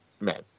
men